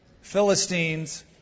Philistines